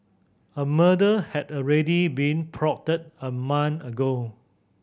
a murder had already been plotted a month ago